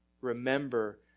Remember